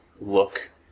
look